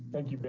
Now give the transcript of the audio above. thank you, ben.